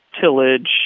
tillage